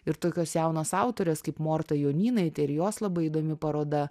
ir tokios jaunos autorės kaip morta jonynaitė ir jos labai įdomi paroda